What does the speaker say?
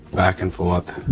back and forth,